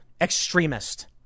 extremist